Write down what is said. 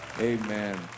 Amen